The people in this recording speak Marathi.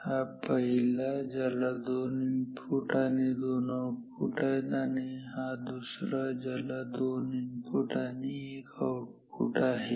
हा पहिला ज्याला दोन इनपुट आणि दोन आउटपुट आहेत आणि हा दुसरा ज्याला दोन इनपुट आणि एक आऊटपुट आहे